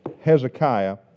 Hezekiah